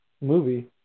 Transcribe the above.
movie